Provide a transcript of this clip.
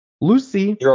Lucy